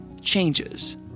changes